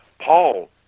Paul